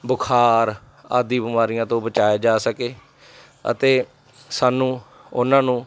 ਬੁਖਾਰ ਆਦਿ ਬਿਮਾਰੀਆਂ ਤੋਂ ਬਚਾਇਆ ਜਾ ਸਕੇ ਅਤੇ ਸਾਨੂੰ ਉਹਨਾਂ ਨੂੰ